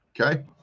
Okay